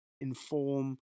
inform